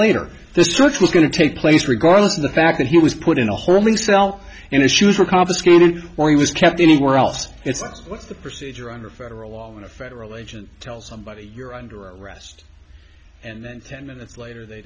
later the search was going to take place regardless of the fact that he was put in a holding cell and his shoes were confiscated or he was kept anywhere else it's a procedure under federal law and a federal agent tell somebody you're under arrest and then ten minutes later the